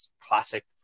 Classic